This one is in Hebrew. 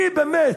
באמת,